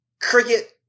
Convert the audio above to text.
Cricket